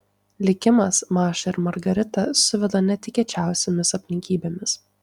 likimas mašą ir margaritą suveda netikėčiausiomis aplinkybėmis